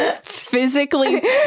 Physically